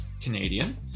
Canadian